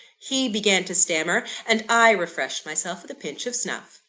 he began to stammer, and i refreshed myself with a pinch of snuff.